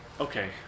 okay